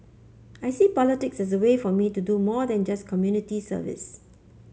I see politics as a way for me to do more than just community service